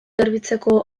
garbitzeko